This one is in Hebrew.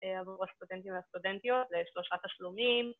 ‫עבור הסטודנטים והסטודנטיות, ‫לשלושה תשלומים.